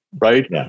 Right